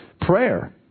prayer